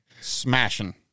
smashing